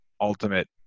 ultimate